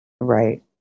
right